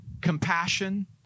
compassion